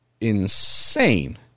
insane